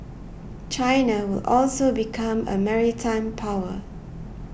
China will also become a maritime power